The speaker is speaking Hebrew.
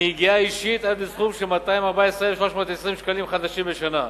מיגיעה אישית עד לסכום של 214,320 שקלים חדשים בשנה,